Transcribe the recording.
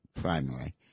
primary